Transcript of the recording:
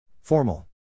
Formal